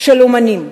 של אמנים.